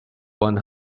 one